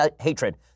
hatred